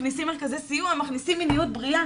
מכניסים מרכזי סיוע, מיניות בריאה